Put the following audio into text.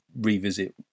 revisit